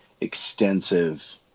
extensive